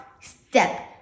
step